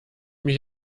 mich